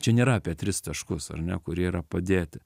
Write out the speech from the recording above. čia nėra apie tris taškus ar ne kurie yra padėti